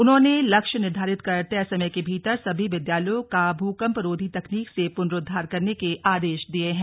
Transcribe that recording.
उन्होंने लक्ष्य निर्धारित कर तय समय के भीतर सभी विद्यालयों का भूकपरोधी तकनीक से पुनरोद्वार करने के आदेश दिए हैं